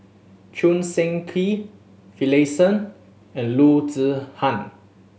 Choo Seng Quee Finlayson and Loo Zihan